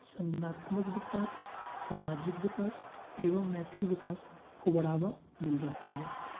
संगनात्मक विकास सामाजिक विकास एवं नैतिक विकास को बढ़ावा मिल रहा है